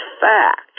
fact